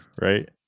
Right